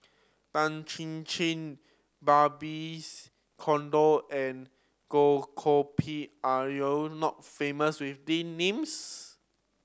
Tan Chin Chin Babes Conde and Goh Koh Pui are you not famous with these names